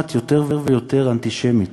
נשמעת יותר ויותר אנטישמית.